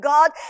God